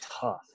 tough